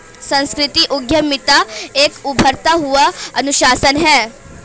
सांस्कृतिक उद्यमिता एक उभरता हुआ अनुशासन है